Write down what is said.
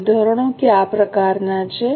હવે ધોરણો કયા પ્રકારનાં છે